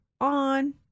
on